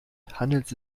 handelt